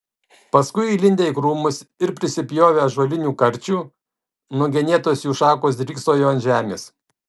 paskui įlindę į krūmus ir prisipjovę ąžuolinių karčių nugenėtos jų šakos dryksojo ant žemės